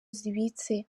zibitse